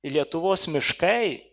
lietuvos miškai